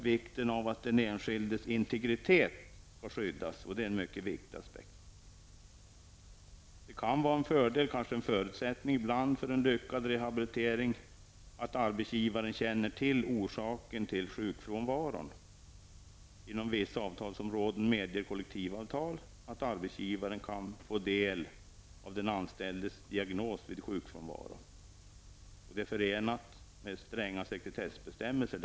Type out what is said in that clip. Vikten av att den enskildes integritet skyddas påtalas i en reservation. Detta är en mycket viktig aspekt. Det kan vara en fördel -- ibland kanske en förutsättning för en lyckad rehabilitering -- att arbetsgivaren känner till orsaken till sjukfrånvaron. På vissa avtalsområden medger kollektivavtal att arbetsgivaren kan få del av den anställdes diagnos vid sjukfrånvaro. Det är då förenat med stränga sekretessbestämmelser.